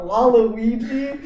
Waluigi